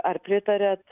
ar pritariat